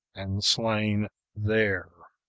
and slain there.